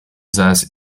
seines